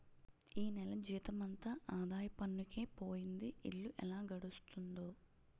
ఈ నెల జీతమంతా ఆదాయ పన్నుకే పోయింది ఇల్లు ఎలా గడుస్తుందో